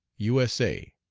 u s a,